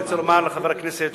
אני רוצה לומר לחבר הכנסת,